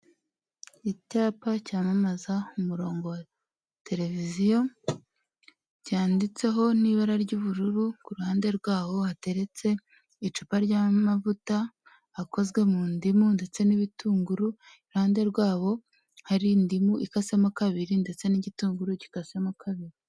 Icyapa cyamamaza umurongo wa televiziyo cyanditseho n'ibara ry'ubururu, ku ruhande rwaho hateretse icupa ry'amavuta akozwe mu ndimu ndetse n'ibitunguru, iruhande rwabo hari indimu ikasemo kabiri ndetse n'igitunguru gikasemo kabiri.